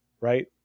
right